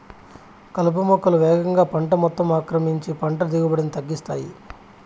కలుపు మొక్కలు వేగంగా పంట మొత్తం ఆక్రమించి పంట దిగుబడిని తగ్గిస్తాయి